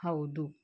ಹೌದು